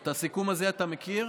את הסיכום הזה אתה מכיר?